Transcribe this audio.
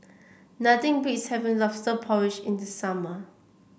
nothing beats having lobster porridge in the summer